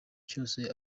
cyose